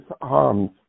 arms